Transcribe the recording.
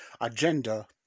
Agenda